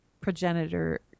progenitor